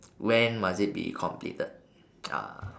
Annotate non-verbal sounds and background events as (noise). (noise) when must it be completed (noise) uh